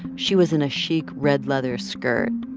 she was in a chic red leather skirt.